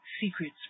secrets